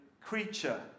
creature